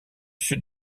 sud